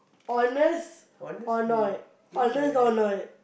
honest or not honest or not